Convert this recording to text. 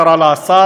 קרא לה השר,